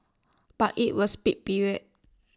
but IT was peak period